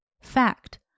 Fact